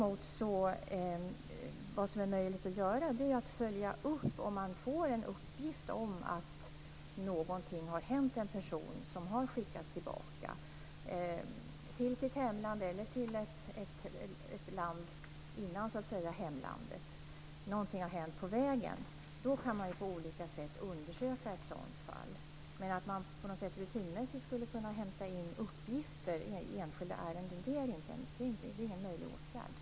Vad som däremot är möjligt att göra är att om man får en uppgift om att någonting har hänt en person som har skickats tillbaka till sitt hemland eller till ett så att säga land innan hemlandet, då kan man på olika sätt undersöka ett sådant fall. Men att man rutinmässigt skulle inhämta uppgifter i enskilda ärenden är ingen möjlig åtgärd.